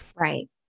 Right